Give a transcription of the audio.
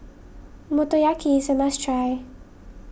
Motoyaki is a must try